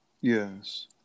Yes